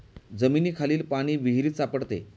जमिनीखालील पाणी विहिरीत सापडते